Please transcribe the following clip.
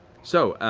so,